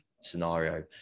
scenario